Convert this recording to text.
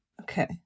Okay